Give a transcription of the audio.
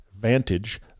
Vantage